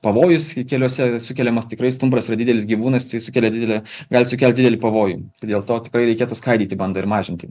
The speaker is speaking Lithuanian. pavojus kai keliuose sukeliamas tikrai stumbras yra didelis gyvūnas tai sukelia didelę gali sukelt didelį pavojų dėl to tikrai reikėtų skaidyti bandą ir mažinti